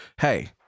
hey